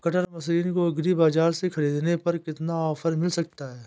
Cutter machine को agri बाजार से ख़रीदने पर कितना ऑफर मिल सकता है?